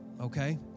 okay